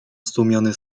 zdumiony